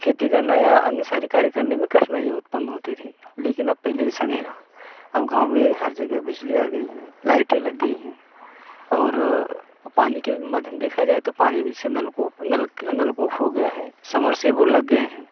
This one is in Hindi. खेती करना या अन्य सारी कार्य करने में कठिनाई उत्पन्न होती थी लेकिन अब पहले जैसा नहीं रहा अब गाँव में हर जगह बिजली आ गईं हैं लाइटे लग गईं हैं और पानी के मध्यम देखा जाए तो पानी में जैसे नलकूप नलकूप हो गया है समरसेबुल लग गए हैं